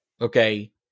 okay